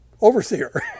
overseer